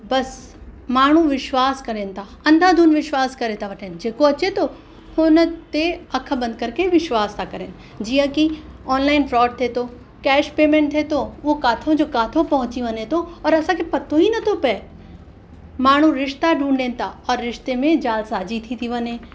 बसि माण्हू विश्वास कनि था अंधाधुन विश्वास करे था वठनि जेको अचे थो हुन ते अख बंदि करके विश्वास था कनि जीअं की ऑनलाइन फ्रॉड थिए थो कैश पेमेंट थिए थो उहो किथां जो किथां पहुची वञे थो औरि असांखे पतो ई नथो पए माण्हू रिश्ता ढूंढनि औरि रिश्ते में जालसाज़ी थी थी वञे